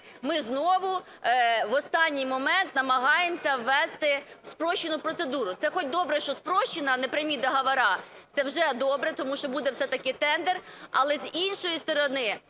ми знову в останній момент намагаємося ввести спрощену процедуру. Це хоч добре, що спрощена, а не прямі договори, це вже добре, тому що буде все-таки тендер. Але з іншої сторони,